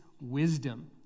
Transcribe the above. wisdom